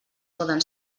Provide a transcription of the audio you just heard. poden